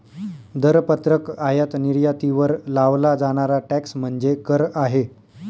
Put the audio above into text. दरपत्रक आयात निर्यातीवर लावला जाणारा टॅक्स म्हणजे कर आहे